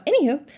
Anywho